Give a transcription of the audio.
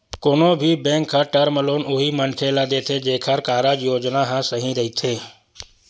कोनो भी बेंक ह टर्म लोन उही मनखे ल देथे जेखर कारज योजना ह सही रहिथे